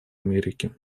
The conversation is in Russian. америки